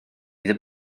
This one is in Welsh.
ddim